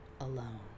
alone